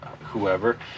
whoever